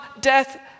death